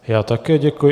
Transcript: Já také děkuji.